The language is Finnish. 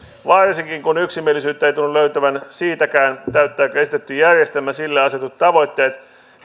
varsinkin kun yksimielisyyttä ei tunnu löytyvän siitäkään täyttääkö esitetty järjestelmä sille asetetut tavoitteet